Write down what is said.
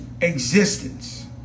existence